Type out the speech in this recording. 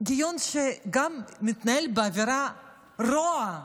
דיון שגם מתנהל באווירת רוע,